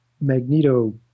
Magneto